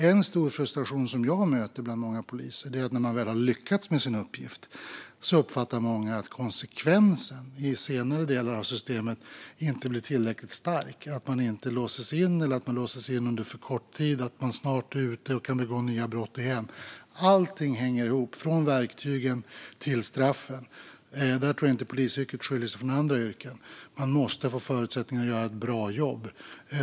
En stor frustration som jag möter bland många poliser är att när de väl lyckats med sin uppgift uppfattar de att konsekvensen i senare delar av systemet inte blir tillräckligt stark. De som begått brott blir inte inlåsta - eller inlåsta under för kort tid - och är snart ute igen och kan begå nya brott. Allting hänger ihop, från verktygen till straffen. Där tror jag inte att polisyrket skiljer sig från andra yrken. Man måste få förutsättningar att göra ett bra jobb.